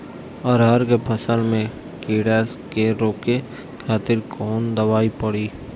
अरहर के फसल में कीड़ा के रोके खातिर कौन दवाई पड़ी?